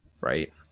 right